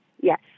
Yes